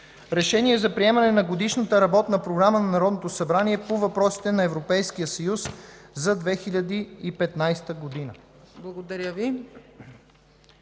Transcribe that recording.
„Решение за приемане на Годишната работна програма на Народното събрание по въпросите на Европейския съюз за 2015 г.”